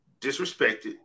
disrespected